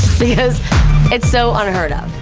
because it's so unheard of.